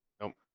Nope